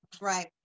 right